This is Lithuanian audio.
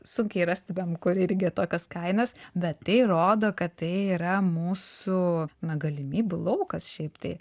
sunkiai rastumėm kur irgi tokios kainos bet tai rodo kad tai yra mūsų na galimybių laukas šiaip tai